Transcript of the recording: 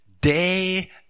day